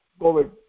COVID